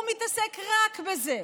הוא מתעסק רק בזה.